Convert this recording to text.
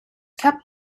kept